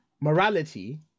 Morality